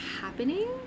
happening